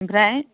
ओमफ्राय